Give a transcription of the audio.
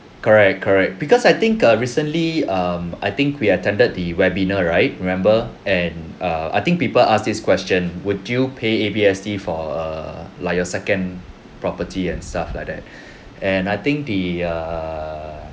correct correct because I think err recently um I think we attended the webinar right remember and err I think people ask this question would you pay A_B_S_D for err like your second property and stuff like that and I think the err